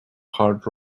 hard